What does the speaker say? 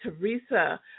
Teresa